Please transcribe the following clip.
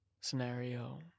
scenario